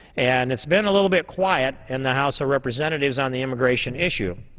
and it's been a little bit quiet in the house of representatives on the immigration issue.